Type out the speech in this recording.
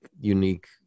unique